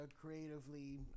creatively